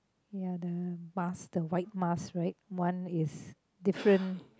ya the mask the white mask right one is different